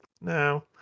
no